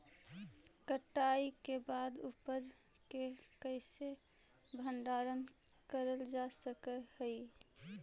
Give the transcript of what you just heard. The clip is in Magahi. कटाई के बाद उपज के कईसे भंडारण करल जा सक हई?